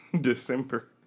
December